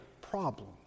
problem